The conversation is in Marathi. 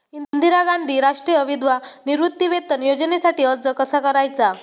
इंदिरा गांधी राष्ट्रीय विधवा निवृत्तीवेतन योजनेसाठी अर्ज कसा करायचा?